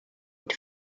had